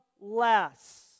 less